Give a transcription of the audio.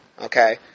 Okay